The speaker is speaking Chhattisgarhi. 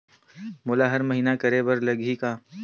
मोला हर महीना करे बर लगही का?